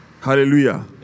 Hallelujah